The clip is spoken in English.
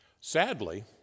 Sadly